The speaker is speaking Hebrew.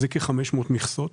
זה כ-500 מכסות.